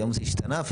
היום המספר השתנה,